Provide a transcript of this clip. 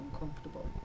uncomfortable